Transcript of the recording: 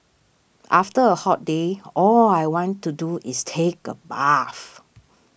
after a hot day all I want to do is take a bath